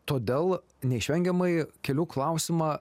todėl neišvengiamai keliu klausimą